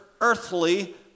earthly